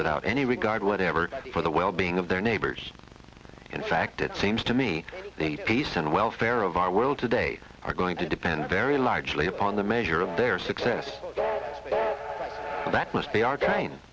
without any regard whatever for the well being of their neighbors in fact it seems to me the peace and welfare of our world today are going to depend very largely upon the measure of their success that must be